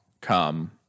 come